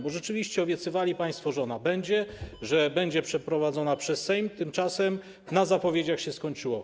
Bo rzeczywiście obiecywali państwo, że ona będzie, że będzie przeprowadzona przez Sejm, tymczasem na zapowiedziach się skończyło.